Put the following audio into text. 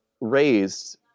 raised